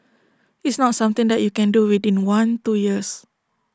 it's not something that you can do within one two years